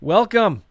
Welcome